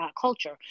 culture